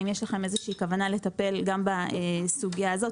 האם יש לכם איזושהי כוונה לטפל גם בסוגיה הזאת,